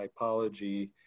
typology